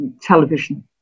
Television